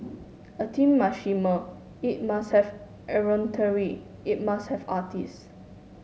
a team must shimmer it must have it must have artist